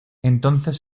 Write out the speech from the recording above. entonces